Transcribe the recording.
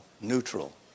neutral